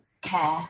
care